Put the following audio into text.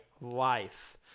life